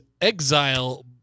Exile